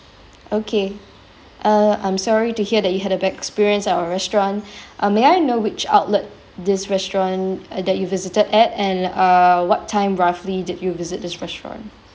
okay uh I'm sorry to hear that you had a bad experience at our restaurant uh may I know which outlet this restaurant uh that you visited at and uh what time roughly did you visit this restaurant